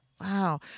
Wow